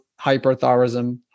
hyperthyroidism